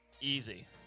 Easy